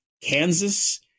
Kansas